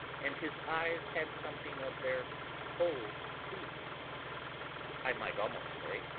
and his eyes had something of their old pleading i might almost say,